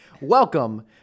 Welcome